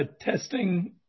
testing